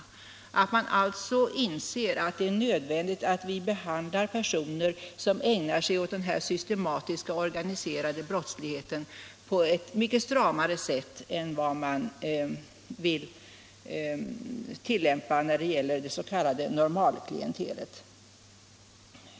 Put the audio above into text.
Man måste alltså inse att det är nödvändigt att behandla personer som ägnar sig åt den här systematiskt organiserade brottsligheten på ett mycket stramare sätt än vad man vill tillämpa när det gäller det s.k. normalklientelet.